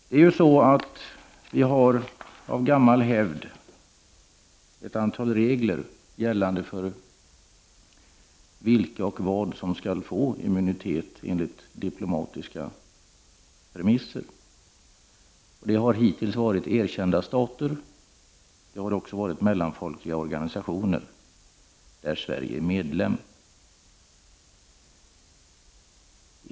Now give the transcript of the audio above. Vi har ju av gammal hävd ett antal regler gällande för vilka och vad som skall få immunitet enligt diplomatiska premisser. Det har hittills varit erkända stater och också mellanfolkliga organisationer där Sverige är medlem.